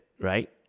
right